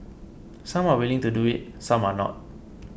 some are willing to do it some are not